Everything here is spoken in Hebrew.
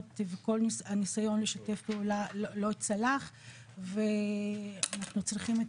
וכל הניסיון לשתף פעולה לא צלח ואנחנו צריכים את